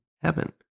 heaven